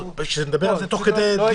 נדבר על זה תוך כדי דיון.